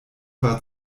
war